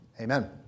Amen